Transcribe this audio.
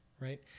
right